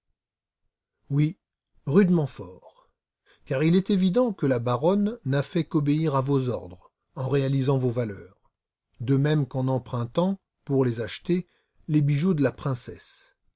oui rudement fort car il est évident que la baronne n'a fait qu'obéir à vos ordres en réalisant vos valeurs de même qu'en empruntant pour les acheter les bijoux de la princesse